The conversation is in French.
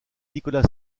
nicolas